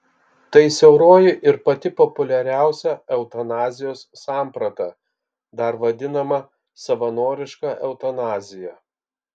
tai siauroji ir pati populiariausia eutanazijos samprata dar vadinama savanoriška eutanazija